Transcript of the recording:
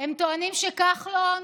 הם טוענים שכחלון,